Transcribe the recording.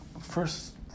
first